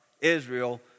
Israel